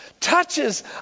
touches